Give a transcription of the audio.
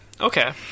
Okay